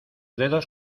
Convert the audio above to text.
dedos